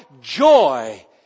joy